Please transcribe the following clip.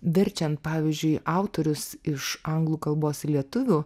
verčiant pavyzdžiui autorius iš anglų kalbos į lietuvių